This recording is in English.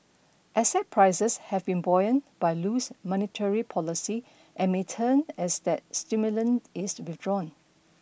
asset prices have been by loose monetary policy and may turn as that is withdrawn